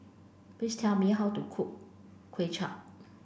please tell me how to cook Kway Chap